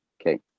Okay